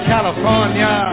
California